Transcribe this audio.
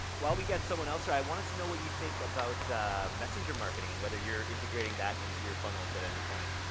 while we get someone else here, i wanted to know what you think about messenger marketing and whether you're integrating that into your funnels at any point.